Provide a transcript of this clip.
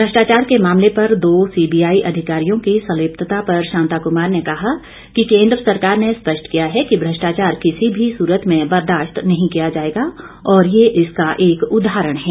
भ्रष्टाचार के मामले पर दो सीबीआई अधिकारियों की संलिप्तता पर शांता कमार ने कहा कि केंद्र सरकार ने स्पष्ट किया है कि भ्रष्टाचार किसी भी सूरत में बर्दाशत नहीं किया जाएगा और ये इसका एक उदाहरण है